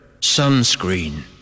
sunscreen